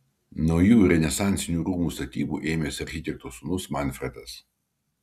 naujų renesansinių rūmų statybų ėmėsi architekto sūnus manfredas